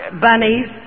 bunnies